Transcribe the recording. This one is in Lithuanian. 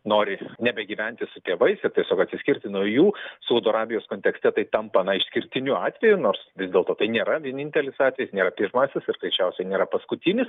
nori nebegyventi su tėvais ir tiesiog atsiskirti nuo jų saudo arabijos kontekste tai tampa na išskirtiniu atveju nors vis dėlto tai nėra vienintelis atvejis nėra pirmasis ir greičiausiai nėra paskutinis